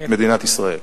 מדינת ישראל.